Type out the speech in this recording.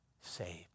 saved